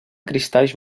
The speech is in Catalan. cristalls